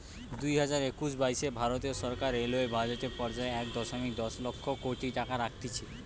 দুইহাজার একুশ বাইশে ভারতীয় সরকার রেলওয়ে বাজেট এ পর্যায়ে এক দশমিক দশ লক্ষ কোটি টাকা রাখতিছে